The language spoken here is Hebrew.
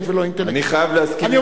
אני חייב להסכים עם היושב-ראש.